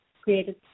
created